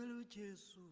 and which is